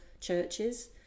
churches